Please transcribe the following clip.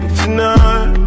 tonight